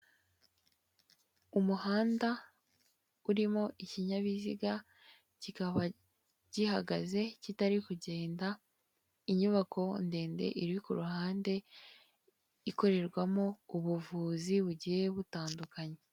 Umuhanda urimo ikinyabiziga, kikaba gihagaze kitari kugenda, inyubako ndende iri ku ruhande, ikorerwamo ubuvuzi bugiye butandukanye.